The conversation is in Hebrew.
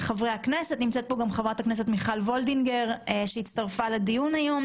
נמצאים פה חברת הכנסת מיכל וולדיגר שהצטרפה היום לדיון,